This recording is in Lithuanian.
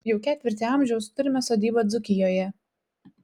jau ketvirtį amžiaus turime sodybą dzūkijoje